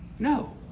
No